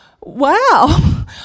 wow